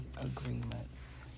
agreements